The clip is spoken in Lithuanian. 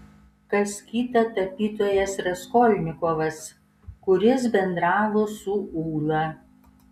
kas kita tapytojas raskolnikovas kuris bendravo su ūla